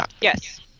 Yes